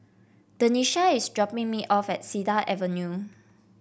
Denisha is dropping me off at Cedar Avenue